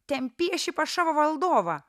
ten pieši pas savo valdovą